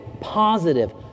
positive